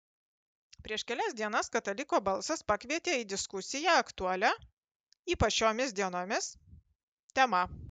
prieš kelias dienas kataliko balsas pakvietė į diskusiją aktualia ypač šiomis dienomis tema